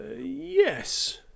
Yes